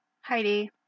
Heidi